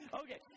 Okay